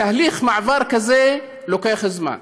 תהליך מעבר כזה לוקח זמן.